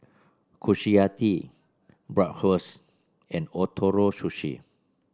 Kushiyaki Bratwurst and Ootoro Sushi